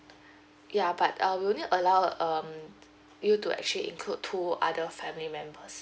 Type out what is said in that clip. ya but uh we only allow um you to actually include two other family members